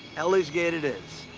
eli's gate it is.